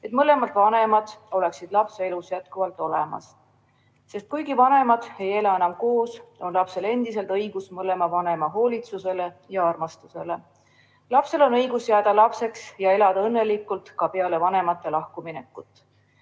et mõlemad vanemad oleksid lapse elus jätkuvalt olemas, sest kuigi vanemad ei ela enam koos, on lapsel endiselt õigus mõlema vanema hoolitsusele ja armastusele. Lapsel on õigus jääda lapseks ja elada õnnelikult ka peale vanemate lahkuminekut.